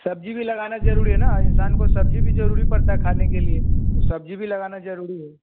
सब्ज़ी भी लगाना ज़रूरी है ना इंसान को सब्ज़ी भी ज़रूरी पड़ता है खाने के लिए तो सब्ज़ी भी लगाना ज़रूरी है